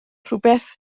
rhywbeth